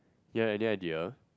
you have any idea